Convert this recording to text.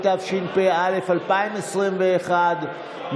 התשפ"א 2021,